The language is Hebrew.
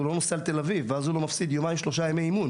הוא לא נוסע לתל אביב ולא מפסיד יומיים-שלושה ימי אימון